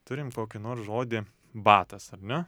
turim kokį nors žodį batas ar ne